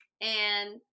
and-